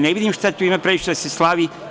Ne vidim šta tu ima previše da se slavi?